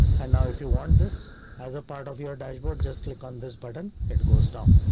and now if you want this as a part of your dashboard, just click on this button. it goes down.